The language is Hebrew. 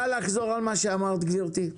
גברתי,